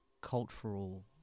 cultural